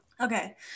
Okay